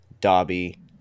Dobby